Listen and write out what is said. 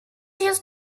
use